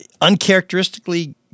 uncharacteristically